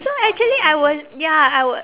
so actually I was ya I w~